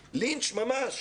לינץ' ממש